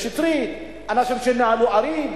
מאיר שטרית, אנשים שניהלו ערים,